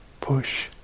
push